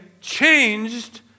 changed